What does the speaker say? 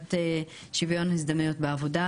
נציבת שוויון הזדמנויות בעבודה,